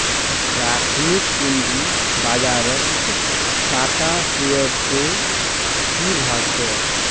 प्राथमिक पूंजी बाजारत टाटा शेयर्सेर की भाव छ